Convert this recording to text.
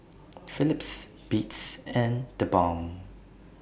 Philips Beats and TheBalm